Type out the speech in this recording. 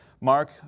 Mark